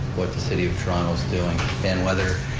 what the city of toronto's doing and whether,